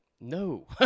no